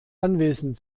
anwesend